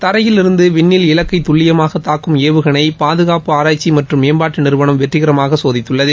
தரையிலிருந்து விண்ணில் இலக்கை துல்லியமாக தூக்கும் ஏவுகணை பாதுகாப்பு ஆராய்க்சி மற்றும் மேம்பாட்டு நிறுவனம் வெற்றிகரமாக சோதித்துள்ளது